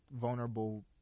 vulnerable